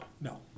No